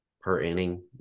per-inning